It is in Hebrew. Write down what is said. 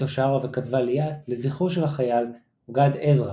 אותו שרה וכתבה ליאת לזכרו של החייל גד עזרא